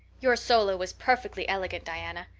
your solo was perfectly elegant, diana.